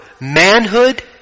manhood